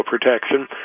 protection